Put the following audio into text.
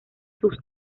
sus